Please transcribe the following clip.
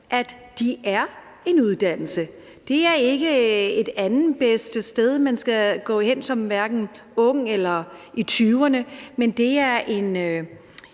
altså er en uddannelse. Det er ikke det næstbedste sted, man kan gå hen som ung, eller når man er i 20'erne, men en